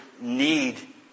need